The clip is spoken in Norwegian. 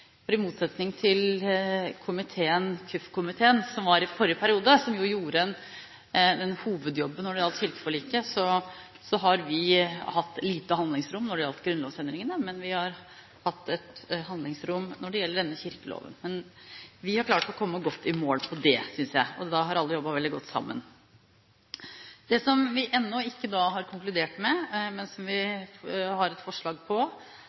for i motsetning til kirke-, utdannings- og forskningskomiteen som var i forrige periode – som jo gjorde hovedjobben når det gjaldt kirkeforliket – har vi hatt lite handlingsrom når det gjelder grunnlovsendringene, men vi har hatt et handlingsrom når det gjelder denne kirkeloven. Men vi har klart å komme godt i mål på det, synes jeg, og da har alle jobbet veldig godt sammen. Det som vi ennå ikke har konkludert med, men som vi har et forslag